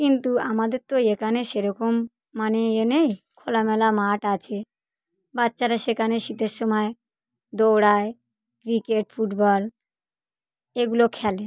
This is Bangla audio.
কিন্তু আমাদের তো একানে সেরকম মানে এ নেই খোলামেলা মাঠ আছে বাচ্চারা সেখানে শীতের সময় দৌড়ায় ক্রিকেট ফুটবল এগুলো খেলে